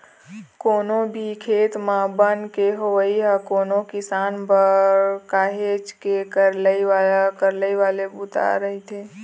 कोनो भी खेत म बन के होवई ह कोनो किसान बर काहेच के करलई वाले बूता रहिथे